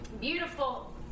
Beautiful